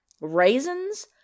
Raisins